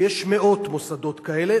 ויש מאות מוסדות כאלה.